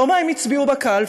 לא מה הם הצביעו בקלפי,